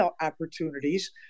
opportunities